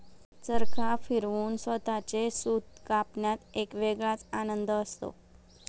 चरखा फिरवून स्वतःचे सूत कापण्यात एक वेगळाच आनंद असतो